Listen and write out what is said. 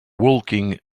walking